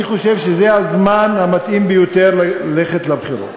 אני חושב שזה הזמן המתאים ביותר לבחירות.